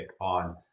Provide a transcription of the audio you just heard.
on